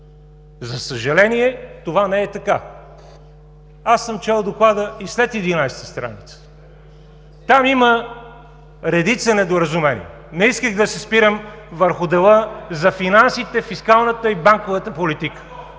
За съжаление, това не е така. Аз съм чел Доклада и след 11 страница, там има редица недоразумения. Не исках да се спирам върху дела за финансите, фискалната и банковата политика.